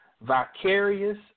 Vicarious